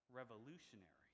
revolutionary